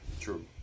True